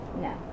No